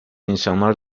insanlar